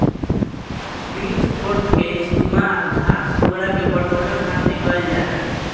pitch fork के इस्तेमाल घास, पुआरा के बटोरे खातिर कईल जाला